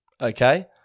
okay